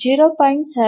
7 0